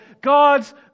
God's